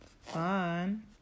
fun